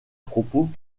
propos